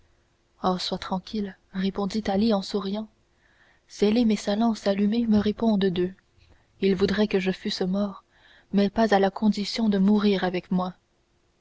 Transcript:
oh sois tranquille répondit ali en souriant sélim et sa lance allumée me répondent d'eux ils voudraient que je fusse mort mais pas à la condition de mourir avec moi